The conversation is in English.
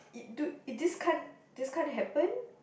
it do it this can't this can't happen